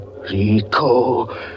Rico